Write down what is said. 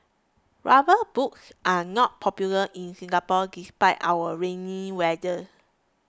rubber boots are not popular in Singapore despite our rainy weather